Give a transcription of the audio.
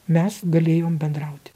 mes galėjom bendrauti